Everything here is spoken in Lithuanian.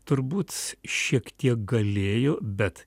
turbūt šiek tiek galėjo bet